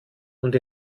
und